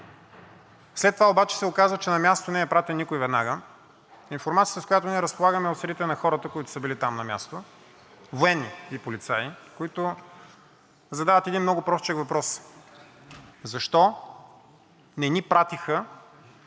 След това обаче се оказва, че на мястото не е пратен никой веднага. Информацията, с която ние разполагаме, е от средите на хората, които са били там на място – военни и полицаи, които задават един много простичък въпрос: „Защо не ни пратиха,